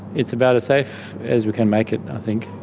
it's about as safe as we can make it, i think.